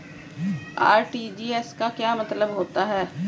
RTGS का क्या मतलब होता है?